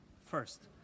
First